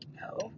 No